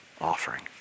offering